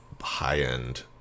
high-end